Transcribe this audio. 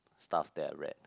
stuff that read